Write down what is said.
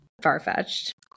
far-fetched